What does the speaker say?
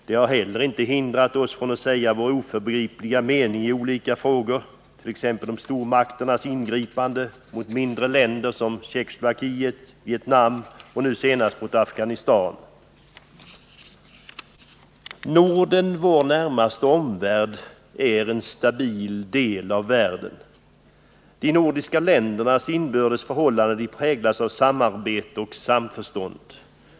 Den har inte heller hindrat oss från att säga vår oförgripliga mening i olika frågor, t.ex. om stormakters ingripanden mot mindre länder som Tjeckoslovakien, Vietnam och nu senast Afghanistan. Norden, vår närmaste omvärld, är en stabil del av världen. De nordiska ländernas inbördes förhållande präglas av samarbete och samförstånd.